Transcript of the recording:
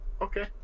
okay